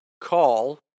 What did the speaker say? call